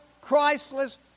Christless